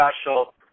special